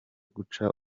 guca